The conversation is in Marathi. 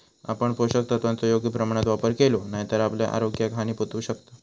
आपण पोषक तत्वांचो योग्य प्रमाणात वापर केलो नाय तर आपल्या आरोग्याक हानी पोहचू शकता